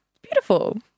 Beautiful